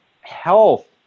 health